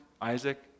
Isaac